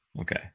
Okay